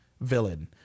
villain